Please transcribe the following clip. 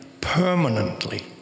permanently